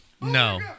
No